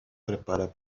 prepara